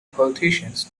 politicians